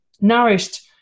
nourished